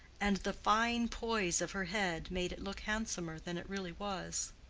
and the fine poise of her head made it look handsomer than it really was.